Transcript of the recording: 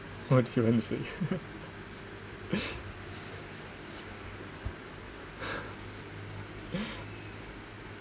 what did I want to say